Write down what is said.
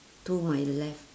to my left